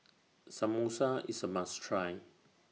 Samosa IS A must Try